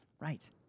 Right